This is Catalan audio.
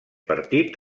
partit